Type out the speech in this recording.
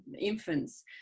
infants